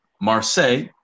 Marseille